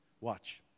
Watch